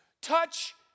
touch